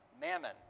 mammon